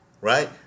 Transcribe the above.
Right